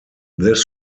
this